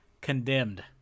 Condemned